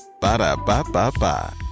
Ba-da-ba-ba-ba